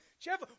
Jeff